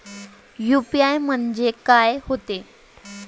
UPI म्हणजे का होते?